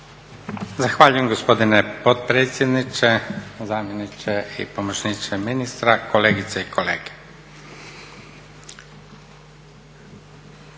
Hvala lijepo gospodine potpredsjedniče. Gospodine zamjeniče ministra, kolegice i kolege.